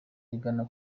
igana